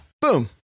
boom